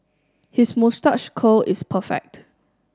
his moustache curl is perfect